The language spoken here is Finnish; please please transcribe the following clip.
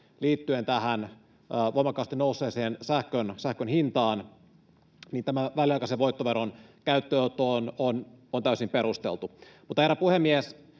liittyen tähän voimakkaasti nousseeseen sähkön hintaan tämä väliaikaisen voittoveron käyttöönotto on täysin perusteltu. Herra puhemies!